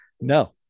No